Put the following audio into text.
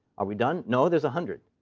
are we done? no, there's a hundred.